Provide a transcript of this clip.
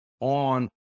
on